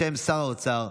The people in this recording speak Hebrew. בשם שר האוצר,